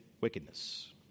wickedness